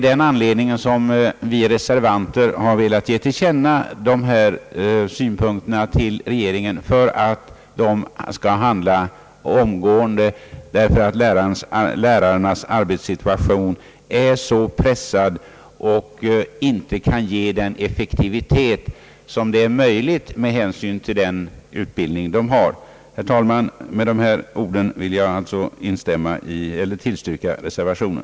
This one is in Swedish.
Därför har vi reservanter velat ge till känna dessa synpunkter för regeringen, så att den kan handla omgående, ty lärarnas arbetssituation är så pressad att de inte kan utveckla den effektivitet som annars vore möjlig med hänsyn till den utbildning de har. Herr talman! Med dessa ord vill jag tillstyrka bifall till reservationen.